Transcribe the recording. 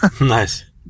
Nice